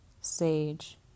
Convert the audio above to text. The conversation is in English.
Sage